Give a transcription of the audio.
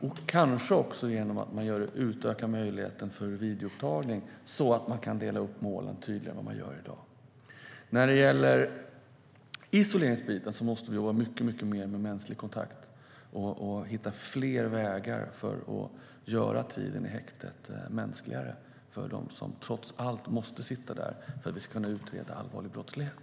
Man kanske också kan utöka möjligheten till videoupptagning så att man kan dela upp målen tydligare än vad man gör i dag. När det gäller isoleringsbiten måste vi ha mycket mer av mänsklig kontakt och hitta fler vägar för att göra tiden i häktet mänskligare för dem som trots allt måste sitta där för att vi ska kunna utreda allvarlig brottslighet.